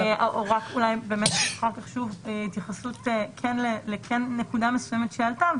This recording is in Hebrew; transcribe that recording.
אולי אחר כך התייחסות לנקודה מסוימת שעלתה,